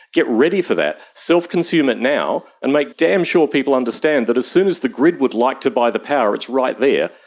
get ready for that, self-consume it now and to make damn sure people understand that as soon as the grid would like to buy the power, it's right there.